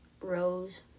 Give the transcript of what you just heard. Rose